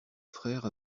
frère